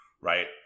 right